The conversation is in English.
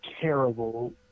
terrible